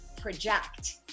project